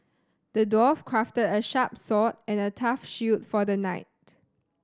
the dwarf crafted a sharp sword and a tough shield for the knight